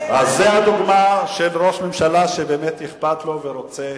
זה הדוגמה של ראש ממשלה שבאמת אכפת לו ורוצה